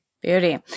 Beauty